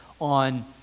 on